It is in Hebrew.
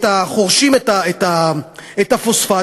חורשים את הפוספט,